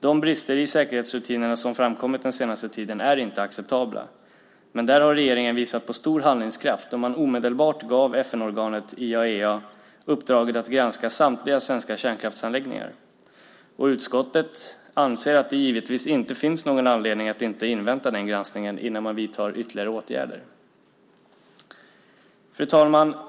De brister i säkerhetsrutinerna som har framkommit under den senaste tiden är inte acceptabla. Men där har regeringen visat stor handlingskraft när man omedelbart gav FN-organet IAEA uppdraget att granska samtliga svenska kärnkraftsanläggningar. Utskottet anser att det givetvis inte finns någon anledning att inte invänta den granskningen innan man vidtar ytterligare åtgärder. Fru talman!